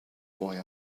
boy